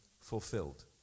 fulfilled